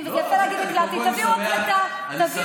אתה לא רוצה,